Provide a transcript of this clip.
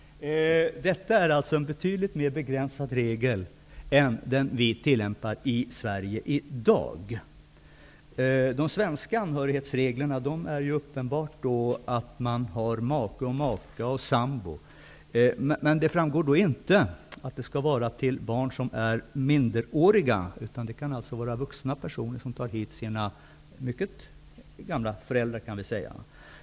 Detta är alltså en betydligt mer begränsad regel än den som i dag tillämpas i Serige. De svenska anhörighetsreglerna går ut på att det skall vara fråga om make, maka eller sambo. Men det framgår inte om det skall vara anhöriga till barn som är minderåriga. Vuxna personer kan alltså ta hit sina mycket gamla föräldrar.